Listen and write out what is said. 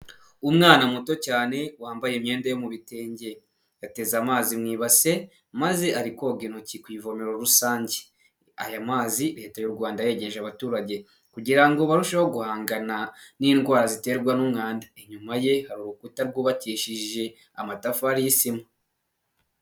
Umwana muto cyane wambaye imyenda yo mu bitenge, yateze amazi mu ibase maze ari koga intoki ku ivomero rusange, aya mazi leta y'u Rwanda yegereje abaturage kugira ngo barusheho guhangana n'indwara ziterwa n'umwanda, inyuma ye urukuta rwubakishije amatafari y'isima.